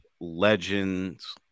legends